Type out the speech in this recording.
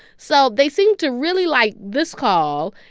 so they seem to really like this call.